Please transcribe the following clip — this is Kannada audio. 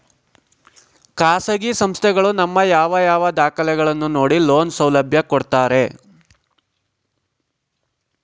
ಖಾಸಗಿ ಸಂಸ್ಥೆಗಳು ನಮ್ಮ ಯಾವ ಯಾವ ದಾಖಲೆಗಳನ್ನು ನೋಡಿ ಲೋನ್ ಸೌಲಭ್ಯ ಕೊಡ್ತಾರೆ?